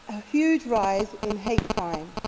a huge rise in hate crime.